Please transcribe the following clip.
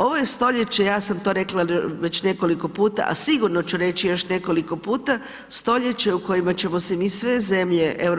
Ovo je stoljeće, ja sam to rekla već nekoliko puta, a sigurno ću reći još nekoliko puta, stoljeće u kojima ćemo se mi sve zemlje EU